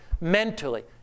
mentally